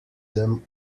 them